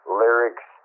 lyrics